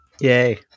Yay